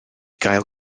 gael